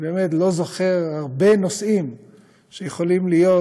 אני באמת לא זוכר הרבה נושאים שיכולים להיות